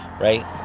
right